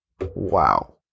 Wow